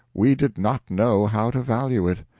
we did not know how to value it.